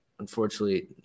Unfortunately